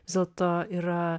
vis dėlto yra